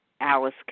Alice